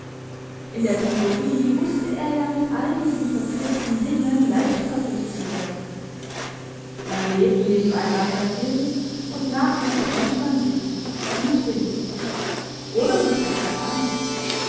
in der theorie wusste er ja mit all diesen verzwickten dingen leicht fertig zu werden man lebt nebeneinander hin und nachher trennt man sich gutwillig oder richtet sich ein